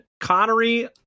connery